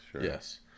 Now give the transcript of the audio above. Yes